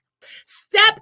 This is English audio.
step